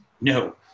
No